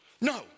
No